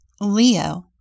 leo